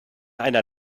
einer